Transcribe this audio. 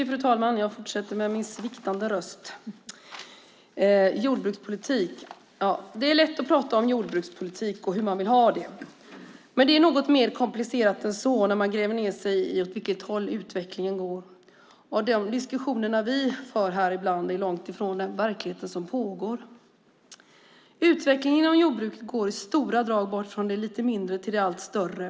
Fru talman! Jag fortsätter med min sviktande röst. Det är lätt att prata om jordbrukspolitik och hur man vill ha det, men det blir mer komplicerat när man gräver ned sig i åt vilket håll utvecklingen går. De diskussioner som vi för här är ibland långt ifrån verkligheten. Utvecklingen inom jordbruket går i stora drag bort från det lite mindre till det allt större.